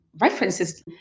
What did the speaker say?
references